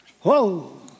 Whoa